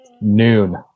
noon